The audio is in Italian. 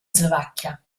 slovacchia